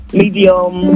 medium